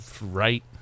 right